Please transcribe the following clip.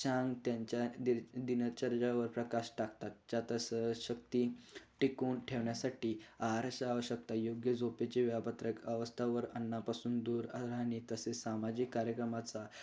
चांग त्यांच्या दि दिनचर्येवर प्रकाश टाकतात ज्यातच सहज शक्ती टिकवून ठेवण्यासाठी आहाराचा आवश्यकता योग्य झोपेचे वेळापत्रक अवस्थावर अन्नापासून दूर रा राहणे तसेच सामाजिक कार्यक्रमाचा